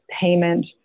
payment